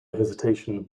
hesitation